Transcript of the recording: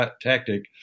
tactic